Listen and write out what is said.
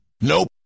nope